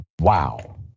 wow